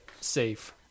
safe